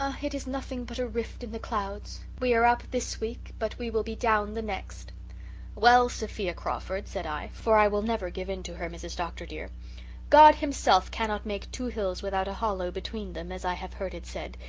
it is nothing but a rift in the clouds. we are up this week but we will be down the next well, sophia crawford said i for i will never give in to her, mrs. dr. dear god himself cannot make two hills without a hollow between them, as i have heard it said,